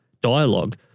dialogue